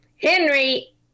Henry